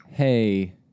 Hey